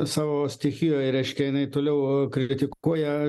savo stichijoj reiškia jinai toliau kritikuoja